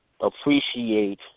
appreciate